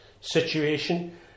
situation